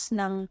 ng